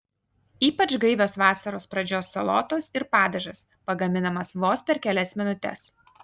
ypač gaivios vasaros pradžios salotos ir padažas pagaminamas vos per kelias minutes